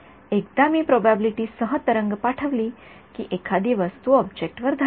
एकदा मी प्रोबॅबिलिटी सह तरंग पाठविली की एखादी वस्तू ऑब्जेक्टवर धडकेल